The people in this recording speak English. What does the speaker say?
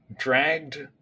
Dragged